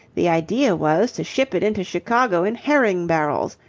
the idea was to ship it into chicago in herring-barrels.